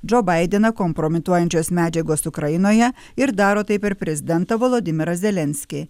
džo baideną kompromituojančios medžiagos ukrainoje ir daro tai per prezidentą volodymyrą zelenskį